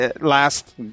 last